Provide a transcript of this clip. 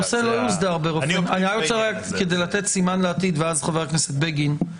אני אופטימי בעניין הזה.